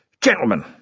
Gentlemen